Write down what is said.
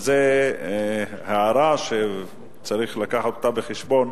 וזו הערה שצריך לקחת אותה בחשבון,